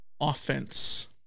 offense